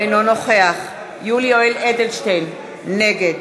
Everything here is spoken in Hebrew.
אינו נוכח יולי יואל אדלשטיין, נגד